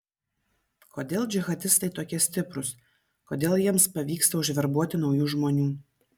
kodėl džihadistai tokie stiprūs kodėl jiems pavyksta užverbuoti naujų žmonių